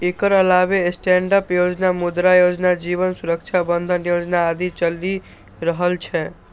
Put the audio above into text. एकर अलावे स्टैंडअप योजना, मुद्रा योजना, जीवन सुरक्षा बंधन योजना आदि चलि रहल छै